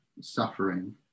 suffering